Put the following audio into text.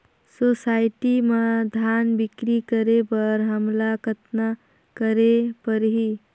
Society म धान बिक्री करे बर हमला कतना करे परही?